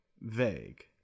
vague